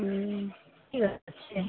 ହୁଁ ଠିକ୍ ଅଛି